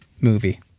movie